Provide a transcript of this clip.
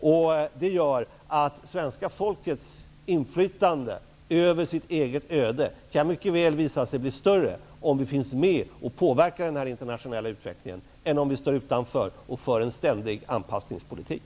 Det kan mycket väl visa sig att svenska folkets inflytande över sitt eget öde blir större om vi finns med och påverkar den här internationella utvecklingen än om vi står utanför och för en ständig anpassningspolitik.